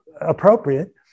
appropriate